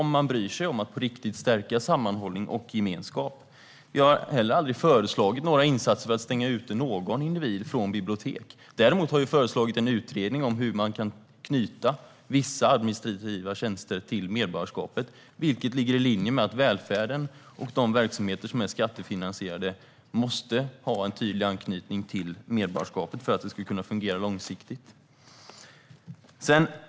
Bryr sig regeringen om att på riktigt stärka sammanhållning och gemenskap? Jag har inte heller föreslagit några insatser för att stänga ute någon individ från bibliotek. Däremot har Sverigedemokraterna lagt fram en utredning om hur man kan knyta vissa administrativa tjänster till medborgarskapet, vilket ligger i linje med att välfärden och de verksamheter som är skattefinansierade måste ha en tydlig anknytning till medborgarskapet för att fungera långsiktigt.